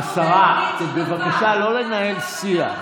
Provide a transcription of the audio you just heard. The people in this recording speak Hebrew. השרה, בבקשה לא לנהל שיח.